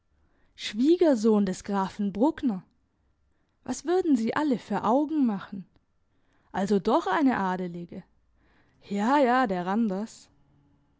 schwiegersohn des grafen bruckner was würden sie alle für augen machen also doch eine adelige ja ja der